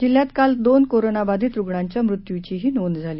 जिल्ह्यात काल दोन कोरोनाबाधित रुग्णांच्या मृत्यूचीही नोंद झाली